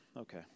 okay